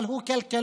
אבל הוא כלכלן.